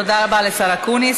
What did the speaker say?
תודה רבה לשר אקוניס.